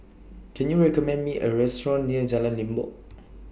Can YOU recommend Me A Restaurant near Jalan Limbok